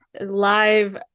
live